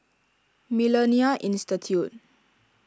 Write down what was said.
Millennia Institute